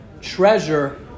treasure